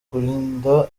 kurinda